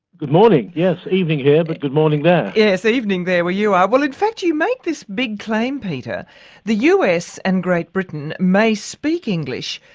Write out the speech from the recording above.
good morning, yes, evening here, but good morning there. yes, evening there where you are. well, in fact, you you make this big claim, peter the us and great britain may speak english,